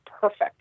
perfect